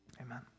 amen